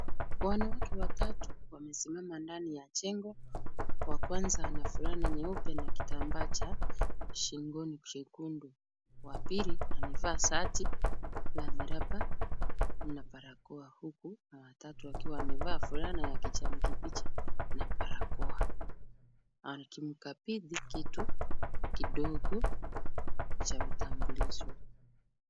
Wanawake watatu wamesimama ndani ya jengo, wa kwanza ana fulana nyeupe na kitambaa cha shingoni chekundu. Wa pili amevaa shati la miraba na barakoa huku na watatu akiwa amevaa fulana ya kijani kibichi na barakoa akimkabidhi kitu kidogo cha utambulisho.